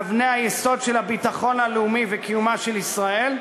מאבני היסוד של הביטחון הלאומי וקיומה של ישראל,